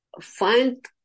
find